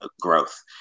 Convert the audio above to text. growth